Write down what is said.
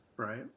Right